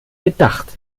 gedacht